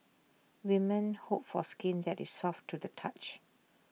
women hope for skin that is soft to the touch